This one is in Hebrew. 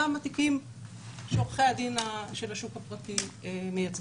גם תיקים שעורכי הדין של השוק הפרטי מייצגים.